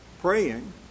praying